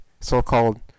so-called